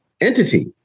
entity